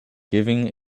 giving